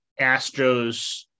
Astros